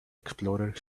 explorer